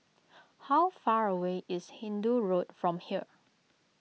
how far away is Hindoo Road from here